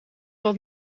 wat